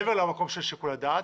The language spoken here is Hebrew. מעבר למקום של שיקול הדעת.